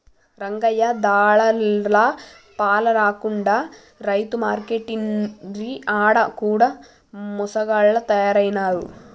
రంగయ్య దళార్ల పాల కాకుండా రైతు మార్కేట్లంటిరి ఆడ కూడ మోసగాళ్ల తయారైనారు